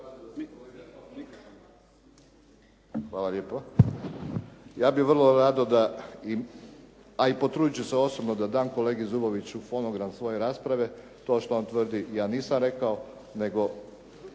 Hvala lijepo. Ja bih vrlo rado, a i potruditi ću se osobno da dam kolegi Zuboviću fonogram svoje rasprave. To što on tvrdi ja nisam rekao, nego